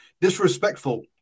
disrespectful